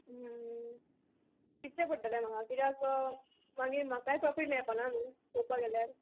चितचें पडटलें म्हाका किद्याक मागीर म्हाकाय प्रोफीट मेळपाना न्हू पळोवपा गेल्यार